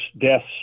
deaths